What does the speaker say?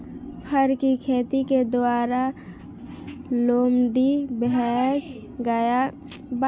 फर की खेती के द्वारा लोमड़ी, भैंस, गाय, मिंक आदि का उपयोग किसी ना किसी रूप में किया जाता है